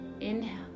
Inhale